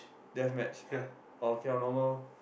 death match oh okay ah normal